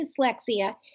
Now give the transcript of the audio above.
dyslexia